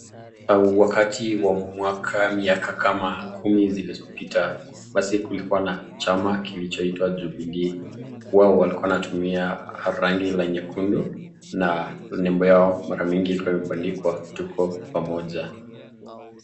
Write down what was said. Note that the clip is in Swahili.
Wakati wa miaka kumi zilizopita, basi kulikuwa na chama kilichoitwa Jubilee. Wao walikuwa wanatumia rangi la nyekundu na nembo yao mara mingi, ilikuwa imebandikwa tuko pamoja.